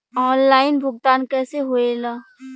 Online भुगतान कैसे होए ला?